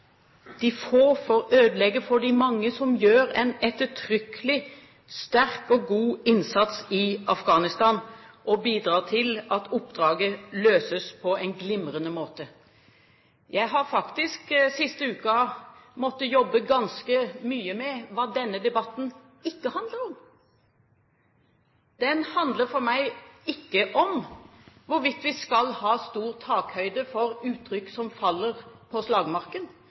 de få får ødelegge for de mange som gjør en ettertrykkelig sterk og god innsats i Afghanistan og bidrar til at oppdraget løses på en glimrende måte. Jeg har faktisk den siste uken måttet jobbe ganske mye med hva denne debatten ikke handler om. Den handler for meg ikke om hvorvidt vi skal ha stor takhøyde for uttrykk som faller på slagmarken